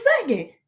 second